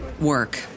work